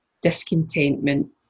discontentment